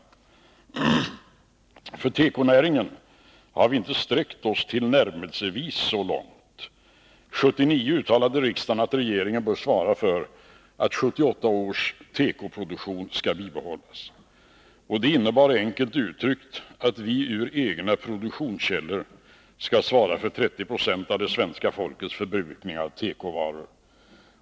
När det gäller tekobranschen har vi inte sträckt oss tillnärmelsevis så långt. År 1979 uttalade riksdagen att regeringen bör svara för att 1978 års tekoproduktion skall bibehållas. Det innebar, enkelt uttryckt, att vi med egna produktionskällor skall svara för 30 26 av det svenska folkets förbrukning av tekovaror.